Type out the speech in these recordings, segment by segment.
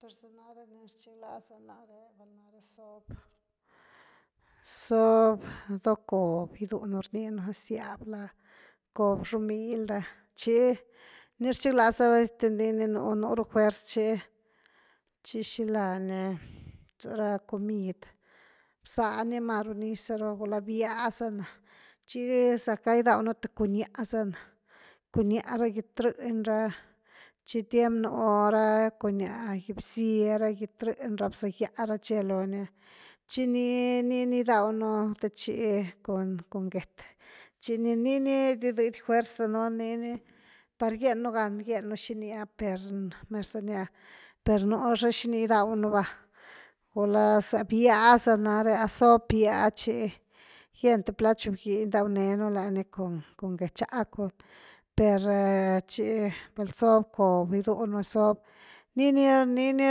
Per za nare ni rchiglaza naré val nare, zob-zob do cob gidúnu rninu ziab lani, cob xomily ra, chi ni rchiglaza es que nini nú ru fuerz chi, chi xila ni, za rá comid, bzá ni maru nix za rawa, gulá bía za na, chi zack ga gidaw nú th cuñáh za na, cuñáh ra git-rëny ra, chi tiem nú ra cuñáh, gyé bzye ra gitrëny ra bzá gya ra che loni chi ni-ni gidaw nú te chí cun get, chi niini gidid fuerz danuun, par giennu gan giennu xini ah per mer za nia, per nú ra xini gidaw nú va, gula za bía za nare, zob bía chi gien th plat xob giny gidaw né nulani cun-cun get-xá cun, per chi vel zob cob ni giduunu vel zob, nii ni, nii ni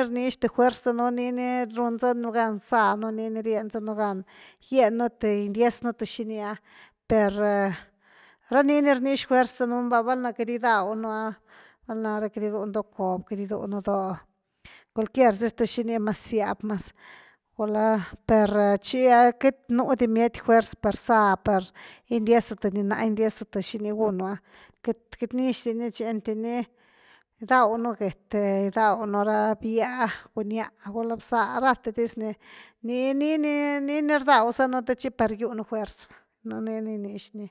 rnix th fuerz danuun nii ni run za nú gan zanu, niini rien za nu gan gien un th gindiez nú th xini ah per ra nii ni rnix fuerz danuun va valna queity gidaw di nú ah, val’na queity gi dunu do cob queity giduunu doh cualquier dis th xini mas zyab mas, gulá per chí ah queity nú di bmiety fuerz par záh par gindiezu th ni ná gindiezu, xini gunu ah, queity-queity nix di ni chi einty ni gidaw nú get gidaw nú ra bía, cuñah gulá bzá rathe dis ni, ni-ni, ní-ni rdaw sa nú te chi par giu nu fuerz va, neni rnix ni.